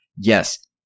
Yes